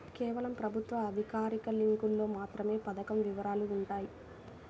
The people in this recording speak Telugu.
కేవలం ప్రభుత్వ అధికారిక లింకులో మాత్రమే పథకం వివరాలు వుంటయ్యి